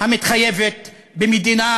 המתחייבת במדינה